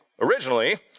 originally